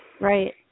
Right